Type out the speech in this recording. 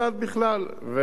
ואני חושב,